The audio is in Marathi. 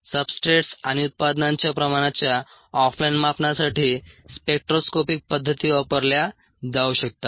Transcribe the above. सब्सट्रेट्स आणि उत्पादनांच्या प्रमाणाच्या ऑफ लाइन मापनासाठी स्पेक्ट्रोस्कोपिक पद्धती वापरल्या जाऊ शकतात